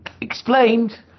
explained